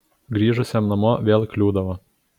grįžusiam namo vėl kliūdavo